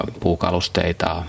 puukalusteita